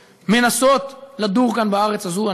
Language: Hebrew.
שמנסות לדור כאן בארץ הזאת,